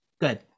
good